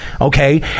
Okay